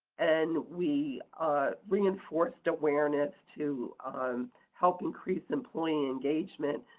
and we reinforced awareness to help increase employee engagement.